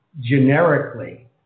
generically